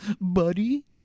buddy